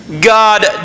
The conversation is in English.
God